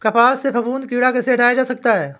कपास से फफूंदी कीड़ा कैसे हटाया जा सकता है?